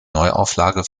neuauflage